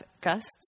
gusts